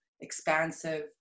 expansive